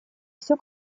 все